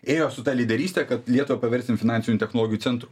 ėjo su ta lyderyste kad lietuvą paversim finansinių technologijų centru